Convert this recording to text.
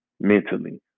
mentally